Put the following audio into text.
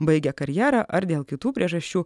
baigia karjerą ar dėl kitų priežasčių